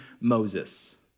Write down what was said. Moses